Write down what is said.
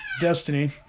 destiny